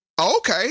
okay